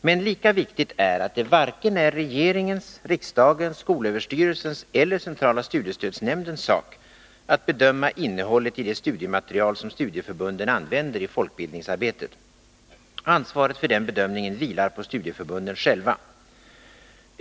Men lika viktigt är att det inte är vare sig regeringens, riksdagens, skolöverstyrelsens eller centrala studiestödsnämndens sak att bedöma innehållet i det studiematerial som studieförbunden använder i folkbildningsarbete. Ansvaret för den bedömningen vilar på studieförbunden själva.